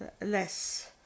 less